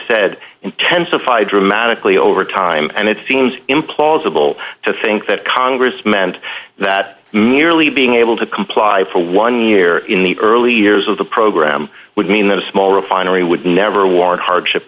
said intensified dramatically over time and it seems implausible to think that congress meant that merely being able to comply for one year in the early years of the program would mean that a small refinery would never ward hardship